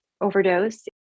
overdose